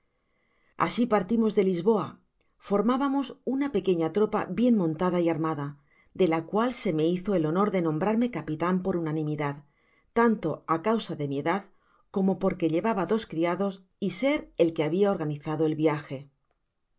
asi partimos de lisboa formábamos una pequeña tropa bien montada y armada de la cual se me hizo el honor de nombrarme capitan por unanimidad tanto á causa de mi edad como porque llevaba dos criados y ser el quehabia organizado el viaje del